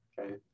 Okay